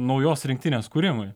naujos rinktinės kūrimui